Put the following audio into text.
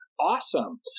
awesome